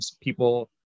people